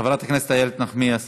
חברת הכנסת איילת נחמיאס